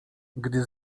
gdy